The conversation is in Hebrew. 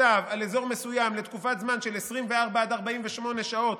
בצו על אזור מסוים לזמן של 24 עד 48 שעות,